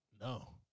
no